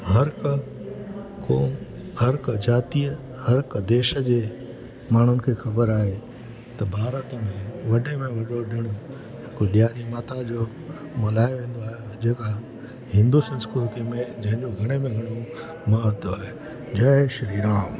हर हिकु को हर हिकु जातीअ हर हिकु देश जे माण्हुनि खे ख़बर आहीए त भारत में वॾे में वॾो ॾिणु हिकु ॾियारी माता जो मल्हायो वेंदो आहे जेका हिंदु संस्कृति में जंहिंजो घणे में घणो महत्वु आहे जय श्री राम